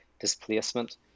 displacement